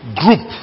group